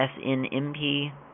SNMP